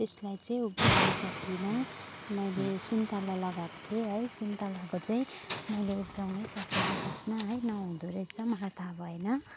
त्यसलाई चाहिँ हुर्काउनु सकिनँ मैले सुन्तला लगाएको थिएँ है सुन्तलाको चाहिँ मैले उब्जाउनै सकिनँ त्यसमा है नहुँदो रहेछ मलाई थाहा भएन